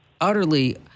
utterly